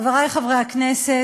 חברי חברי הכנסת,